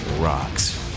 rocks